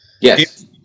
Yes